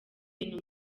ibintu